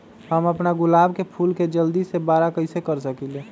हम अपना गुलाब के फूल के जल्दी से बारा कईसे कर सकिंले?